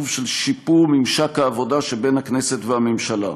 של שיפור ממשק העבודה בין הכנסת והממשלה,